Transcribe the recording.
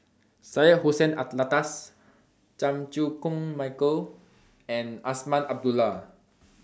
Syed Hussein Alatas Chan Chew Koon Michael and Azman Abdullah